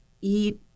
eat